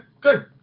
Good